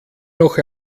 noch